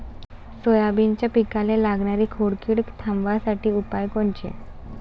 सोयाबीनच्या पिकाले लागनारी खोड किड थांबवासाठी उपाय कोनचे?